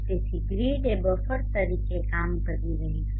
તેથી ગ્રીડ એ બફર તરીકે કામ કરી રહી છે